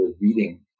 reading